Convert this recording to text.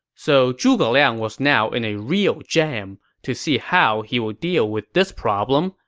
so zhuge liang was now in a real jam. to see how he will deal with this problem,